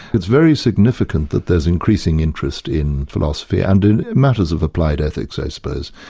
it's very significant that there's increasing interest in philosophy and in matters of applied ethics i suppose.